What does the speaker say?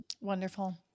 Wonderful